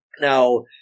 Now